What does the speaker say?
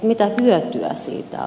mitä hyötyä siitä on